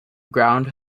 ground